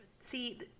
See